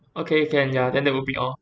okay can ya then that will be all